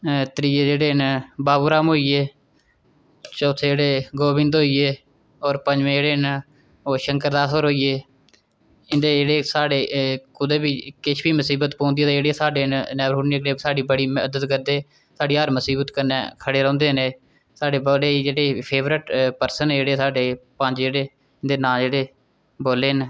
त्रीए जेह्ड़े न बाबू राम होई गे चौथे जेह्ड़े गोविंद होई गे होर पञमें जेह्ड़े न ओह् शंकर दास होर होई गे इं'दे जेह्ड़े साढ़े कुदै बी किश बी मुसीबत होंदी ते साढ़े नै साढ़ी बड़ी मदद करदे साढ़ी हर मुसीबत कन्नै खड़े रौंह्दे न एह् साढ़े बड़े जेह्ड़े फेवरेट पर्सन जेह्ड़े साढ़े पंज जेह्ड़े उं'दे नांऽ जेह्ड़े बोल्ले न